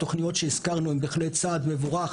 התוכניות שהזכרנו הן בהחלט צעד מבורך